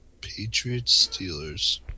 Patriots-Steelers